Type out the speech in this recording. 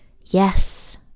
Yes